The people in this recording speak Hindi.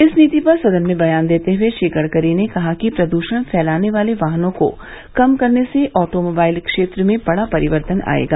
इस नीति पर सदन में बयान देते हुए श्री गड़करी ने कहा कि प्रदूषण फैलाने वाले वाहनों को कम करने से ऑटो मोबाइल क्षेत्र में बड़ा परिवर्तन आएगा